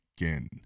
again